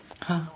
!huh!